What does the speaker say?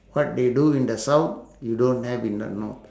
what they do in the south you don't have in the north